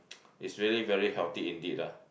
it's really very healthy indeed ah